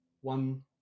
one